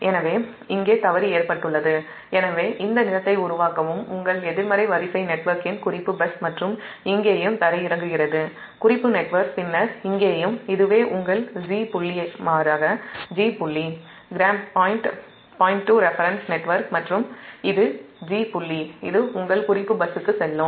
எனவே இங்கே தவறு ஏற்பட்டுள்ளது எனவே இந்த நிலத்தை உருவாக்கவும் உங்கள் எதிர்மறை வரிசை நெட்வொர்க்கின் குறிப்பு பஸ் மற்றும் இங்கேயும் தரையிறங்குகிறது குறிப்பு நெட்வொர்க் பின்னர் இங்கேயும் இதுவே உங்கள் 'g' புள்ளி 'கிராம்'பாயிண்ட் டு ரெஃபரன்ஸ் நெட்வொர்க் மற்றும் இது 'ஜி' புள்ளி இது உங்கள் குறிப்பு பஸ்ஸுக்கு செல்லும்